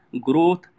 growth